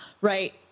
Right